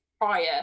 prior